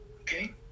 Okay